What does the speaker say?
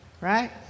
right